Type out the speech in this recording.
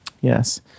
Yes